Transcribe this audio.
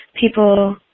people